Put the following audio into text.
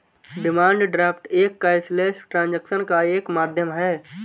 demand draft एक cashless transaction का एक माध्यम है